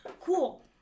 cool